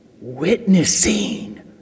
witnessing